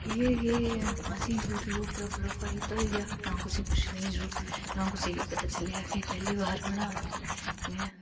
इ'यै कि असें गी यूटयूब उप्पर बड़ा फैदा होई गेआ नां कुसै गी पुच्छने दी जरूरत नां कुसै गी पता चलेआ कि अस पैह्ली बार बनान्ने आं